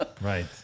Right